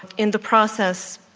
in the process,